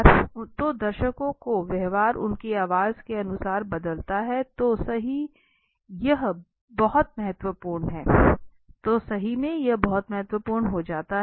तो दर्शकों का व्यवहार उसकी आवाज के अनुसार बदलता है तो सही यह बहुत महत्वपूर्ण हो जाता है